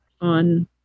on